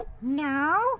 No